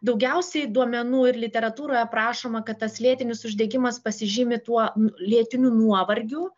daugiausiai duomenų ir literatūroje aprašoma kad tas lėtinis uždegimas pasižymi tuo lėtiniu nuovargiu